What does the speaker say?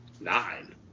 nine